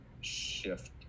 shift